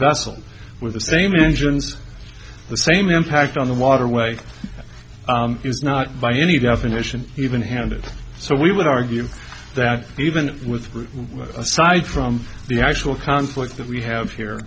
vessel with the same engines the same impact on the waterway is not by any definition even handed so we would argue that even with aside from the actual conflict that we have here